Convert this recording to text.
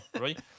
right